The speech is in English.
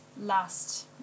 last